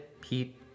Pete